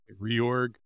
reorg